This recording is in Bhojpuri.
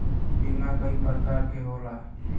बीमा कई परकार के होला